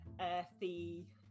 earthy